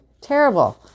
terrible